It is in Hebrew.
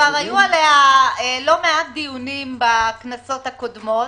היו עליה לא מעט דיונים בכנסות הקודמות.